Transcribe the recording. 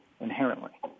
inherently